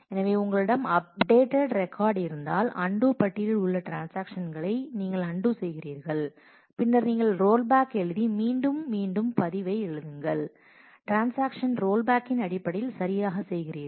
எனவே உங்களிடம் update record இருந்தால் அன்டூ பட்டியலில் உள்ள ட்ரான்ஸாக்ஷன்ஸ்களை நீங்கள் அன்டூ செய்கிறீர்கள் பின்னர் நீங்கள் ரோல் பேக் எழுதி மீண்டும் மீண்டும் பதிவை எழுதுங்கள் ட்ரான்ஸாக்ஷன்ஸ் ரோல்பேக்கின் அடிப்படையில் சரியாகச் செய்கிறீர்கள்